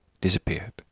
disappeared